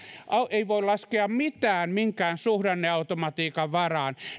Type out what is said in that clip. ei voi laskea mitään minkään suhdanneautomatiikan varaan